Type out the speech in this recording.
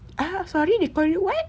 ah sorry they call you what